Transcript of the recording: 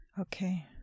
okay